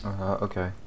Okay